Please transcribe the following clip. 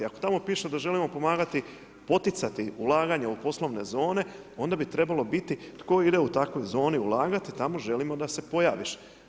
Ako tamo piše da želimo pomagati, poticati ulaganja u poslovne zone onda bi trebalo biti tko ide u toj zoni ulagati, tamo želimo da se pojave.